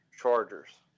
Chargers